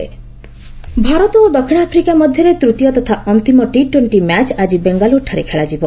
cricket Bharat ଓ ଦକ୍ଷିଣ Africa ମଧ୍ୟରେ ତୃତୀୟ ତଥା ଅନ୍ତିମ ଟି ଟ୍ୱେଣ୍ଟି ମ୍ୟାଚ୍ ଆଜି ବେଙ୍ଗାଲୁରୁଠାରେ ଖେଳାଯିବ